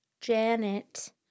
Janet